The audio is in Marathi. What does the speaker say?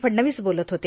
फडणवीस बोलत होते